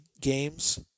games